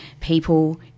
people